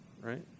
right